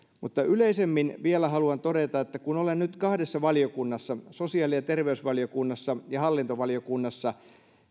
yleisemmin vielä haluan todeta että kun olen nyt kahdessa valiokunnassa sosiaali ja terveysvaliokunnassa ja hallintovaliokunnassa